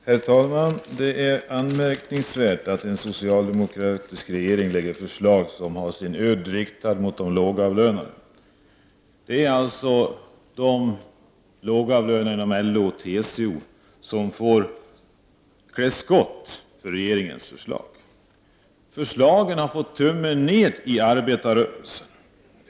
Herr talman! Det är märkligt att en socialdemokratisk regering lägger fram förslag som har sin udd riktad mot de lågavlönade. Det är alltså de lågavlönade inom LO och TCO som får klä skott för regeringens förslag. Förslagen har fått tummen ner i arbetarrörelsen.